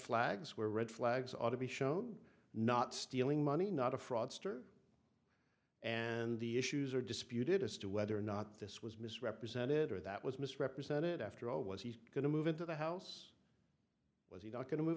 flags were red flags ought to be shown not stealing money not a fraudster and the issues are disputed as to whether or not this was misrepresented or that was misrepresented after all was he going to move into the house was he not going to move